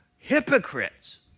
Hypocrites